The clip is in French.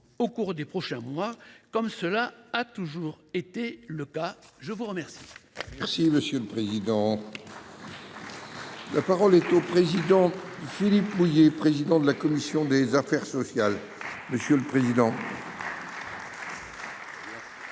au cours des prochains mois, comme cela a toujours été le cas. La parole